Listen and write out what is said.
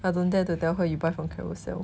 I don't dare to tell her you buy from carousell